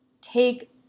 Take